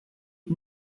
que